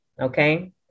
okay